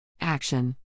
Action